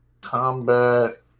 combat